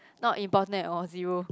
not important at all zero